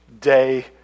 day